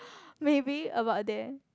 maybe about there